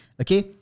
Okay